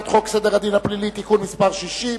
חוק סדר הדין הפלילי (תיקון מס' 60),